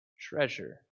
treasure